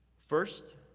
first,